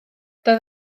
doedd